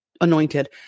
anointed